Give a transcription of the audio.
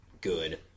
good